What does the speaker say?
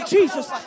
Jesus